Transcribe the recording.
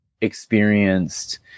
experienced